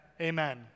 amen